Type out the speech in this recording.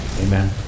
Amen